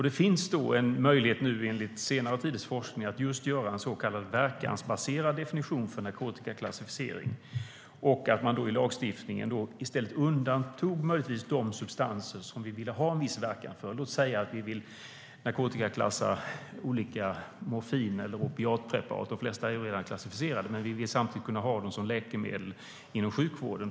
Det finns enligt senare tids forskning möjlighet att göra en så kallad verkansbaserad definition för narkotikaklassificering. Då skulle man i lagstiftningen möjligtvis kunna undanta de substanser som vi vill ha en viss verkan av. Låt oss säga att vi vill narkotikaklassa olika morfin eller opiatpreparat. De flesta är redan klassificerade, men vi vill samtidigt kunna ha dem som läkemedel inom sjukvården.